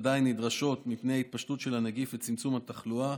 עדיין נדרשות מפני ההתפשטות של הנגיף לצמצום התחלואה.